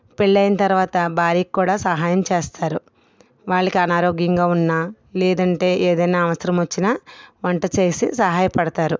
పెళ్ళి అయిన తర్వాత భార్యకు కూడా సహాయం చేస్తారు వాళ్ళకి అనారోగ్యంగా ఉన్నా లేదంటే ఏదైనా అవసరం వచ్చిన వంట చేసి సహాయపడతారు